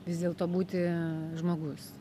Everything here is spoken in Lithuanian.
vis dėlto būti žmogus